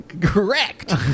correct